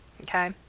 Okay